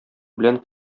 белән